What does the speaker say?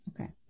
Okay